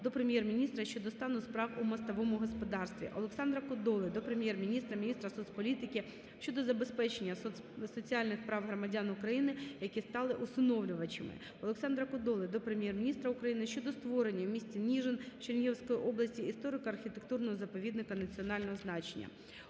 до Прем'єр-міністра щодо стану справ у мостовому господарстві. Олександра Кодоли до Прем'єр-міністра, міністра соцполітики щодо забезпечення соціальних прав громадян України, які стали усиновлювачами. Олександра Кодоли до Прем'єр-міністра України щодо створення в місті Ніжин Чернігівської області історико-архітектурного заповідника національного значення.